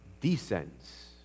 descends